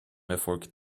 erfolgt